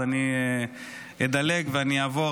אז אני אדלג ואני אעבור.